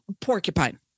porcupine